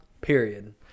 period